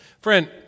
Friend